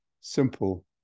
simple